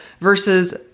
versus